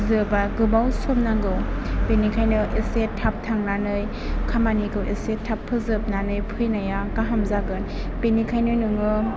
जोबा गोबाव सम नांगौ बेनिखायनो एसे थाब थांनानै खामानिखौ एसे थाब फोजोबनानै फैनाया गाहाम जागोन बेनिखायनो नोङो